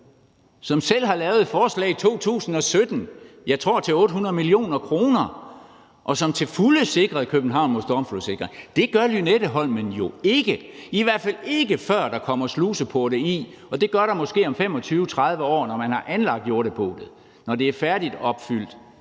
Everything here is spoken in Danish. som selv har lavet et forslag i 2017 til 800 mio. kr., tror jeg, og som til fulde sikrede København mod stormflod. Det gør Lynetteholmen jo ikke, i hvert fald ikke før der kommer sluseporte i, og det gør der måske om 25, 30 år, når man har anlagt jorddepotet, når det er færdigopfyldt;